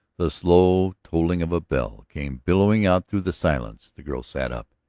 the slow tolling of a bell came billowing out through the silence the girl sat up.